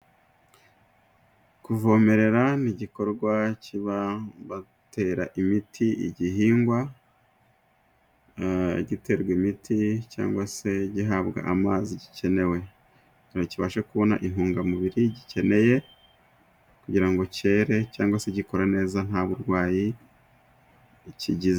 Kuvomerera n'igikorwa kiba batera imiti igihingwa giterwa imiti cyangwa se gihabwa amazi gikeneye. Kibashe kubona intungamubiri gikeneye kugira ngo cyere cyangwa se gikure neza nta burwayi kigizemo.